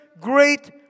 great